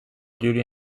duty